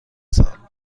سال